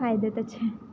फायदे त्याचे